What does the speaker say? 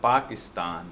Pakistan